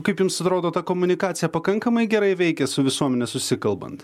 kaip jums atrodo ta komunikacija pakankamai gerai veikė su visuomene susikalbant